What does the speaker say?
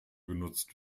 genutzt